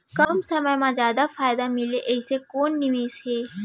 कम समय मा जादा फायदा मिलए ऐसे कोन निवेश हे?